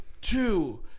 two